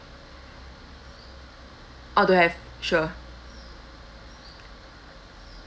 orh don't have sure